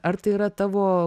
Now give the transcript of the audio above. ar tai yra tavo